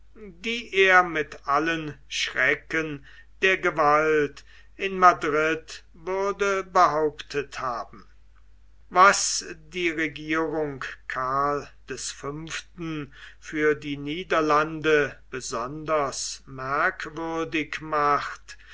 die er mit allen schrecken der gewalt in madrid würde behauptet haben was die regierung karls des fünften für die niederlande besonders merkwürdig macht